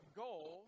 goal